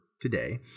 today